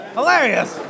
Hilarious